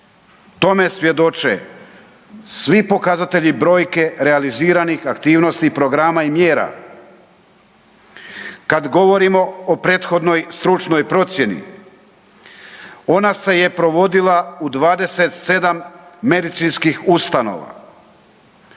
Tome svjedoče svi pokazatelji i brojke realiziranih aktivnosti programa i mjera. Kad govorimo o prethodnoj stručnoj procjeni, ona se je provodila u 27 medicinskih ustanova.